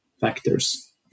factors